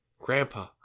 Grandpa